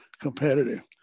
competitive